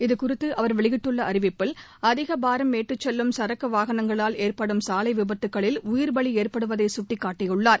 இதுகுறித்து அவர் வெளியிட்டுள்ள அறிவிப்பில் அதிக பாரம் ஏற்றிச் செல்லும் சரக்கு வாகனங்களால் ஏற்படும் சாலை விபத்துகளில் உயிர்பலி ஏற்படுவதை சுட்டிக்காட்டியுள்ளார்